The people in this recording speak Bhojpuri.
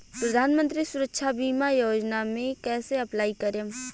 प्रधानमंत्री सुरक्षा बीमा योजना मे कैसे अप्लाई करेम?